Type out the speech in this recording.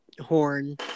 Horn